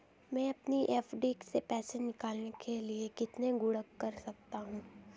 मैं अपनी एफ.डी से पैसे निकालने के लिए कितने गुणक कर सकता हूँ?